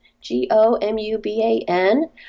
G-O-M-U-B-A-N